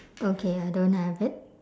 okay I don't have it